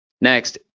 Next